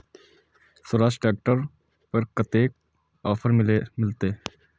Swaraj tractor पर कतेक offer मिलते?